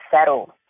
settled